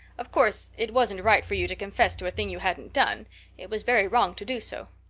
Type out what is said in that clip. of course, it wasn't right for you to confess to a thing you hadn't done it was very wrong to do so.